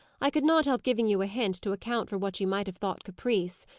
i could not help giving you a hint, to account for what you might have thought caprice.